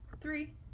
Three